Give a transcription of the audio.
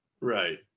right